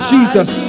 Jesus